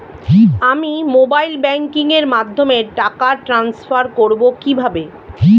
আমি mobile banking এর মাধ্যমে টাকা টান্সফার করব কিভাবে?